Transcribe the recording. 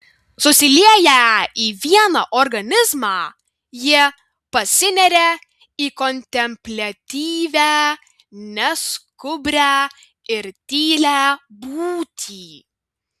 susilieję į vieną organizmą jie pasineria į kontempliatyvią neskubrią ir tylią būtį